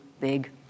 big